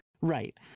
right